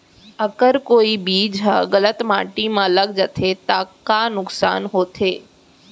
अगर कोई बीज ह गलत माटी म लग जाथे त का नुकसान होथे?